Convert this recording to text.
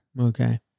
Okay